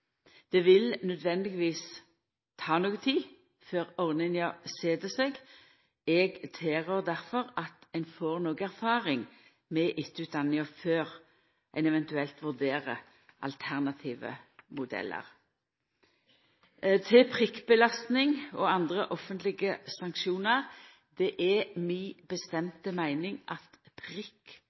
Det vil nødvendigvis ta noko tid før ordninga set seg. Eg tilrår difor at ein får noka erfaring med etterutdanninga før ein eventuelt vurderer alternative modellar. Til prikkbelasting og andre offentlege sanksjonar: Det er mi bestemte meining at